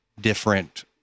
different